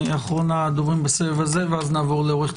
תודה רבה,